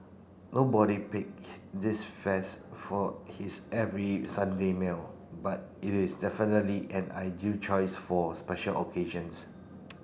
nobody pick this fest for his every Sunday meal but it is definitely an ideal choice for special